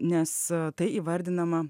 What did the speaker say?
nes tai įvardinama